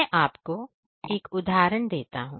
मैं आपको एक उदाहरण देता हूं